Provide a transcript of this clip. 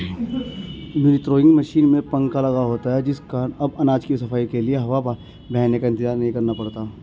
winnowing machine में पंखा लगा होता है जिस कारण अब अनाज की सफाई के लिए हवा बहने का इंतजार नहीं करना पड़ता है